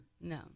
no